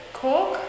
cook